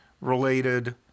related